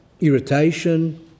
irritation